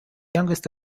youngest